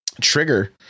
trigger